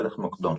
מלך מוקדון.